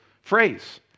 phrase